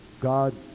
God's